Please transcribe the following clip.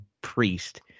priest